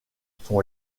son